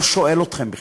לא שואל בכלל.